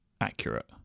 accurate